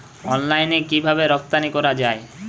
অনলাইনে কিভাবে রপ্তানি করা যায়?